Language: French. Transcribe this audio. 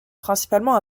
principalement